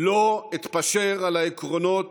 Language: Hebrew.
לא אתפשר על העקרונות